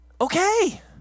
Okay